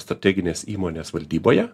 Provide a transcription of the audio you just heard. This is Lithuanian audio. strateginės įmonės valdyboje